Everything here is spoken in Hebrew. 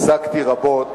עסקתי רבות